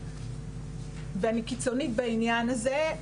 ואני קיצונית בעניין הזה,